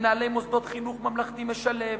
מנהלי מוסדות חינוך ממלכתי משלב,